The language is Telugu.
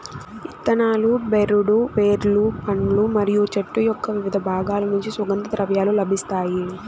ఇత్తనాలు, బెరడు, వేర్లు, పండ్లు మరియు చెట్టు యొక్కవివిధ బాగాల నుంచి సుగంధ ద్రవ్యాలు లభిస్తాయి